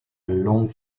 long